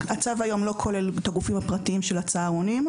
הצו היום לא כולל את הגופים הפרטיים של הצהרונים,